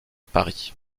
paris